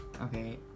Okay